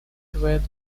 toured